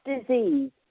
disease